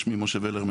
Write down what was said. שמי משה ולר,